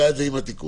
כן.